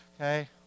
Okay